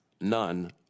None